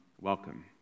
welcome